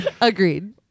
agreed